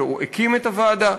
שהקים את הוועדה.